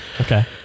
Okay